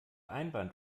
einwand